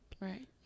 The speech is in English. Right